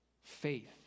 Faith